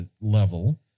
level